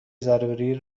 ضروری